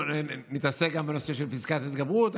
נתעסק גם בנושא של פסקת ההתגברות,